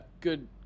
good